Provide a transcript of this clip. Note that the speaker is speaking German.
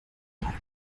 leid